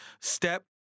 step